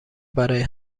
برای